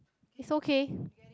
it's okay